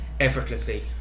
effortlessly